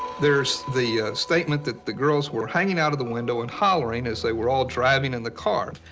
there is the statement that the girls were hanging out of the window and hollering as they were all driving in the car.